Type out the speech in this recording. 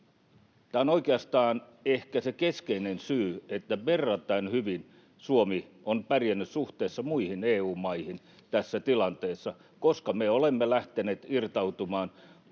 Tämä on oikeastaan ehkä se keskeinen syy, että Suomi on pärjännyt verrattain hyvin suhteessa muihin EU-maihin tässä tilanteessa, koska me olemme lähteneet irtautumaan